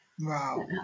Wow